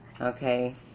okay